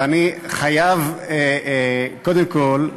ואני חייב, קודם כול,